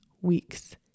weeks